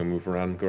move around, go